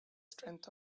strength